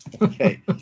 Okay